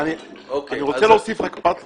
אני רוצה להוסיף רק פרט חשוב.